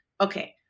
okay